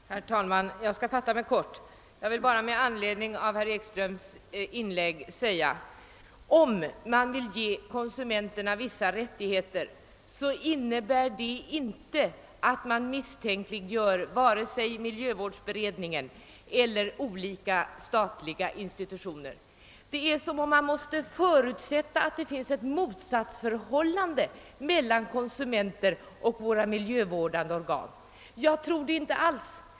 Herr talman! Jag skall fatta mig kort. Med anledning av herr Ekströms inlägg vill jag säga, att om man vill ge konsumenterna vissa rättigheter, innebär det inte att man misstänkliggör vare sig miljövårdsberedningen eller olika statliga institutioner. Det är som om man förutsätter att det finns ett motsatsförhållande mellan konsumenterna och våra miljövårdande organ. Jag tror inte alls det.